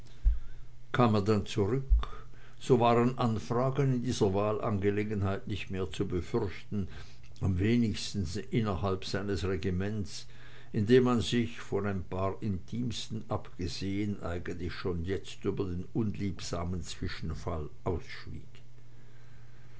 kam er dann zurück so waren anfragen in dieser wahlangelegenheit nicht mehr zu befürchten am wenigsten innerhalb seines regiments in dem man sich von ein paar intimsten abgesehen eigentlich schon jetzt über den unliebsamen zwischenfall ausschwieg